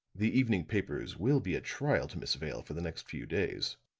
the evening papers will be a trial to miss vale for the next few days.